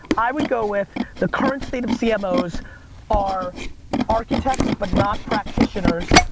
i would go with, the current state of cmos are architects but not practitioners,